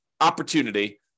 opportunity